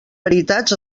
veritats